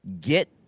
get